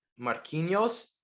Marquinhos